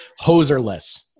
hoserless